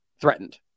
threatened